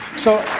so